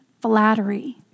flattery